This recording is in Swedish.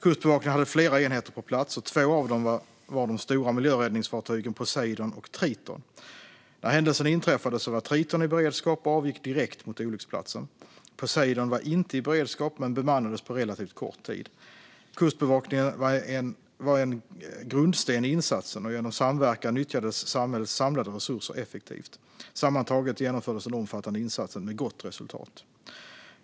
Kustbevakningen hade flera enheter på plats, och två av dem var de stora miljöräddningsfartygen Poseidon och Triton. När händelsen inträffade var Triton i beredskap och avgick direkt mot olycksplatsen. Poseidon var inte i beredskap men bemannades på relativt kort tid. Kustbevakningen var en grundsten i insatsen, och genom samverkan nyttjades samhällets samlade resurser effektivt. Sammantaget genomfördes den omfattande insatsen med gott resultat.